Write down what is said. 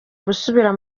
gusubira